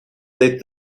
they